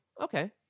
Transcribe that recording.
okay